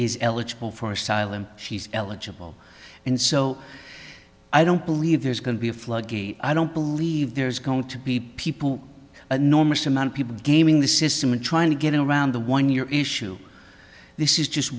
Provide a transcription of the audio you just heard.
is eligible for asylum she's eligible and so i don't believe there's going to be a floodgate i don't believe there's going to be people enormous amount of people gaming the system and trying to get around the one year issue this is just